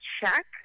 check